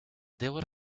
debo